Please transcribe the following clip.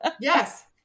Yes